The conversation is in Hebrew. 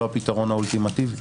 זה לא הפתרון האולטימטיבי.